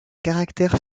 caractère